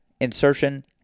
insertion